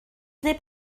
neb